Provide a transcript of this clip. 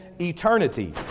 eternity